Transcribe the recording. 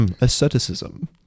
Asceticism